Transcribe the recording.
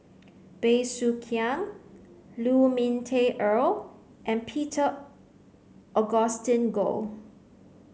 Bey Soo Khiang Lu Ming Teh Earl and Peter Augustine Goh